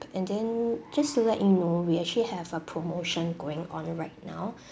and then just to let you know we actually have a promotion going on now